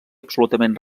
absolutament